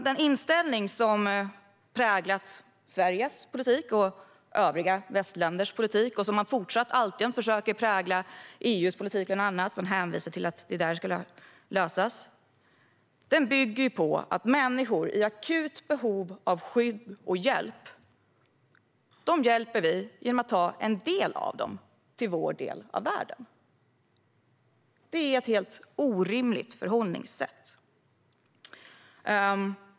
Den inställning som präglat Sveriges politik och övriga västländers politik, och som man alltjämt försöker få EU:s politik att präglas av - man hänvisar till att det är där detta ska lösas - bygger på att vi hjälper människor i akut behov av skydd och hjälp genom att ta en del av dem till vår del av världen. Det är ett helt orimligt förhållningssätt.